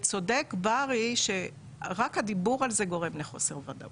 צודק בארי שרק הדיבור על זה גורם לחוסר ודאות,